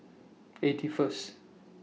eighty First